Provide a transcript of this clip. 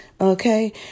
Okay